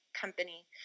company